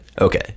Okay